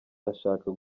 ashaka